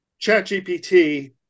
ChatGPT